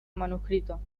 manuscrito